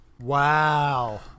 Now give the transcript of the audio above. Wow